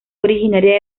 originaria